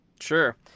Sure